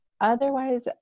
otherwise